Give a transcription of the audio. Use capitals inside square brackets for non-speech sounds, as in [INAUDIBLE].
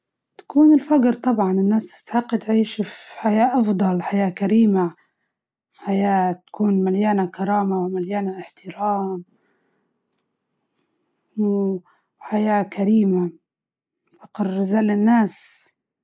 نتخلص من حاجة إسمها الفقر، هادي أكتر كارثة في العالم لأن الناس كلها تستحق تعيش بكرامة، تعيش ب [HESITATION] تعيش بصحة، و إنها تكون موفرة كل حاجاتها الأساسية. [NOISE]